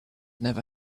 never